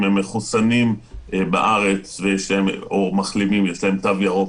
אם הם מחוסנים בארץ או מחלימים ויש להם תו ירוק